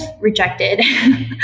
rejected